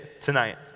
tonight